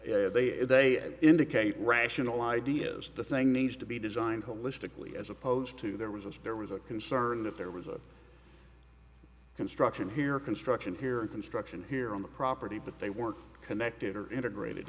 area they are they indicate rational ideas the thing needs to be designed holistically as opposed to there was a spare was a concern that there was a construction here construction here construction here on the property but they weren't connected or integrated